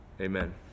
Amen